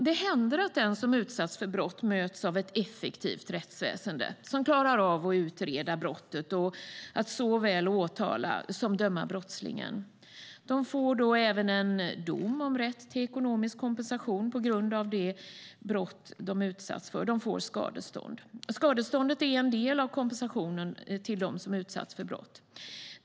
Det händer att de som utsatts för brott möts av ett effektivt rättsväsen som klarar av att utreda brottet och att såväl åtala som döma brottslingen. De får då även en dom om rätt till ekonomisk kompensation på grund av det brott som de utsatts för. De får skadestånd. Skadeståndet är en del av kompensationen till dem som utsatts för brott.